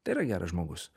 tai yra geras žmogus